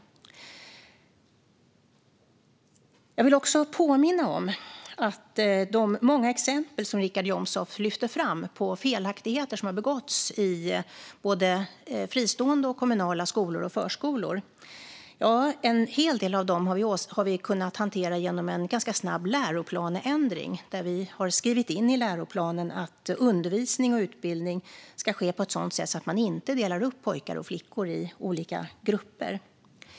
Jag vill också påminna om att vi genom en ganska snabb läroplansändring har kunnat hantera en hel del av de exempel som Richard Jomshof lyfte fram på felaktigheter som har begåtts i fristående och kommunala skolor och förskolor. Vi har skrivit in i läroplanen att undervisning och utbildning ska ske på ett sådant sätt att man inte delar upp pojkar och flickor i olika grupper.